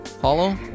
Hollow